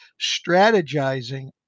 strategizing